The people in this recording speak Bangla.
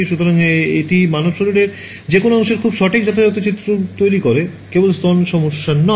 সুতরাং এটি মানব শরীরের যে কোনও অংশের খুব সঠিক যথাযথ চিত্র তৈরি করে কেবল স্তনের সমস্যা নয়